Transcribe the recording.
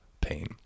pain